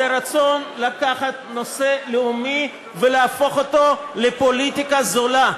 זה רצון לקחת נושא לאומי ולהפוך אותו לפוליטיקה זולה.